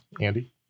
Andy